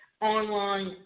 online